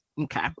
Okay